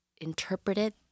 interpreted